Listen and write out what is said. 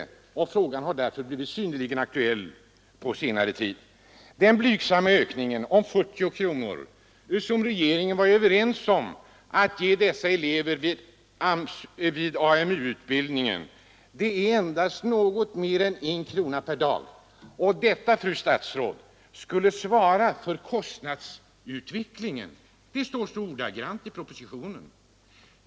Frågan har blivit synnerligen aktuell på senare tid. Den blygsamma ökningen på 40 kronor som regeringen var överens om att ge eleverna vid AMU-utbildningen, är endast något mer än en krona per dag. Detta, fru statsråd, skulle svara mot kostnadsutvecklingen. Det står så i propositionen.